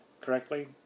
correctly